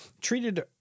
treated